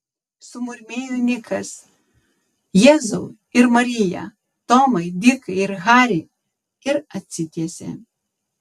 sumurmėjo nikas jėzau ir marija tomai dikai ir hari ir atsitiesė